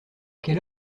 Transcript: quelle